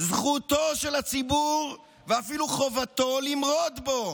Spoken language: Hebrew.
זכותו של הציבור ואפילו חובתו למרוד בו,